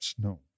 No